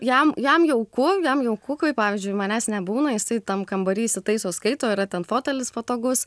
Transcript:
jam jam jauku jam jauku kai pavyzdžiui manęs nebūna jisai tam kambary įsitaiso skaito yra ten fotelis patogus